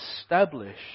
establish